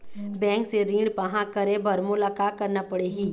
Bank से ऋण पाहां करे बर मोला का करना पड़ही?